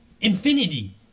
Infinity